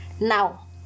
Now